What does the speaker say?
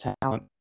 talent